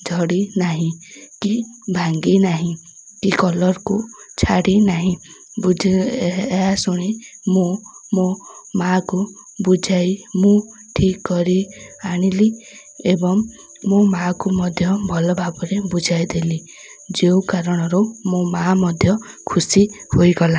ଝଡ଼ି ନାହିଁ କି ଭାଙ୍ଗି ନାହିଁ କି କଲର୍କୁ ଛାଡ଼ିନାହିଁ ବୁଝ ଏହା ଶୁଣି ମୁଁ ମୋ ମା'କୁ ବୁଝାଇ ମୁଁ ଠିକକରି ଆଣିଲି ଏବଂ ମୋ ମା'କୁ ମଧ୍ୟ ଭଲ ଭାବରେ ବୁଝାଇ ଦେେଲି ଯେଉଁ କାରଣରୁ ମୋ ମା' ମଧ୍ୟ ଖୁସି ହୋଇଗଲା